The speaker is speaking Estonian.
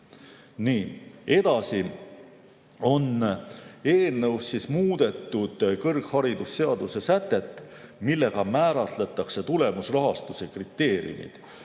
Edasi on eelnõus muudetud kõrgharidusseaduse sätet, millega määratletakse tulemusrahastuse kriteeriumid.